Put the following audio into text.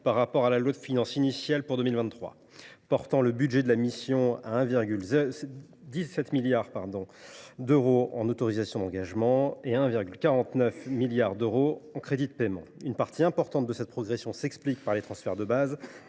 par rapport à la loi de finances initiale pour 2023, portant le budget de la mission à 17 milliards d’euros en autorisations d’engagement et à 1,49 milliard d’euros en crédits de paiement. Une partie importante de cette progression s’explique par les transferts de base,